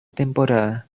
temporada